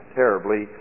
terribly